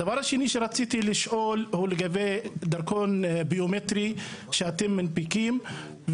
דבר שני הוא לגבי דרכון ביומטרי שאתם מנפיקים.